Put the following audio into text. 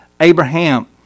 Abraham